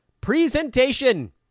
presentation